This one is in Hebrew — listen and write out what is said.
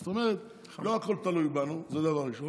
זאת אומרת, לא הכול תלוי בנו, זה, דבר ראשון.